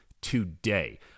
today